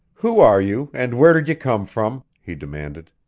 who are you and where did you come from? he demanded.